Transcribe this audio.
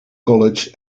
college